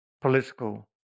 political